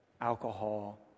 Alcohol